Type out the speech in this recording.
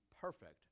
perfect